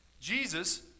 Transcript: Jesus